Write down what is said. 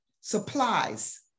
supplies